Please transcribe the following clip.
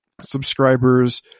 subscribers